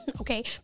Okay